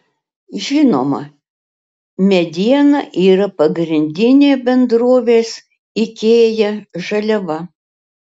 žinoma mediena yra pagrindinė bendrovės ikea žaliava